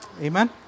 Amen